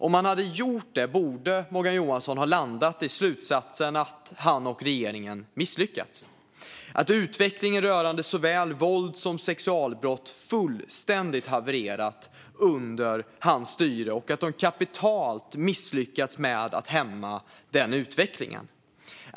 Om han hade gjort det borde han ha landat i slutsatsen att han och regeringen har misslyckats, att utvecklingen rörande såväl våld som sexualbrott fullständigt har havererat under hans styre och att han kapitalt har misslyckats med att hämma utvecklingen.